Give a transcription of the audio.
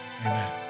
Amen